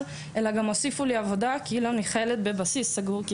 אלא הוסיפו לי עבודה כאילו אני חיילת בבסיס סגור.